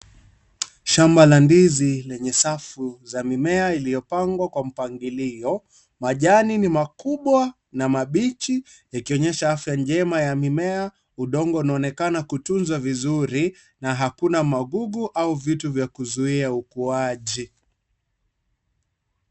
Shamba la ndizi lenye safu ya mimea imepangwa kwa mpangilio. Majani ni makubwa na mabichi yakionyesha afia njema ya mimea udongo unaonekana kutunzwa vizuri na hakuna magugu au vitu vya kuzuia ukuwaji.